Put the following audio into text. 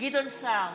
גדעון סער,